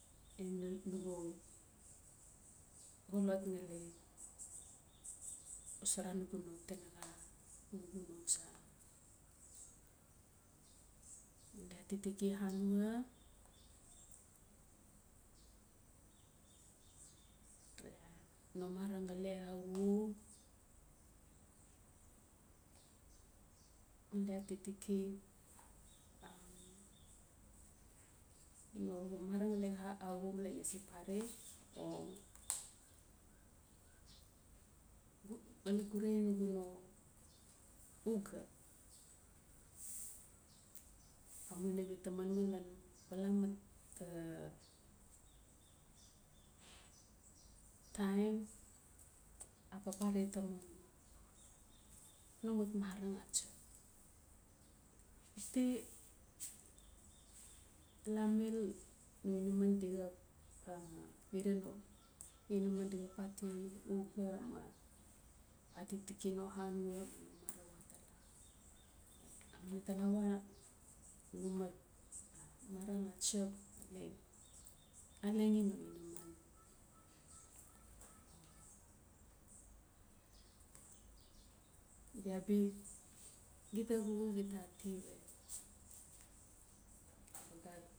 nugu xolot ngali xosara nugu no tinaxa. nugu no tsa. Ngali atitiki anua, no marang ngali aaxu, ngali atitiki no mara male iaa se pare ngali gurae nugu no uga. Amuina gita manman lan bala mat taim a papare taman no mat mora a tsap. Ti, la mil, no inaman di xap xa xida no inaman di xap ati uga ma atitiki no anua ma no mara watala. Talawa no mat mara atsap ngali alengi no inaman. biabi gita xuxuk gita ati we